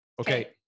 Okay